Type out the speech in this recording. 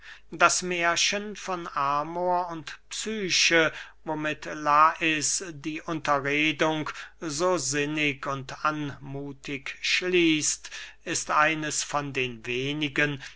das mährchen von amor und psyche womit lais die unterredung so sinnig und anmuthig schließt ist eines von den wenigen